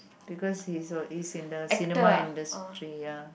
because he's also in the cinema industry ya